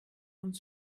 uns